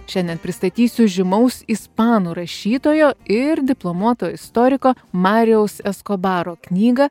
šiandien pristatysiu žymaus ispanų rašytojo ir diplomuoto istoriko mariaus eskobaro knygą